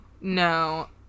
No